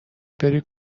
بری